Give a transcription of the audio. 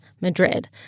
Madrid